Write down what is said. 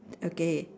okay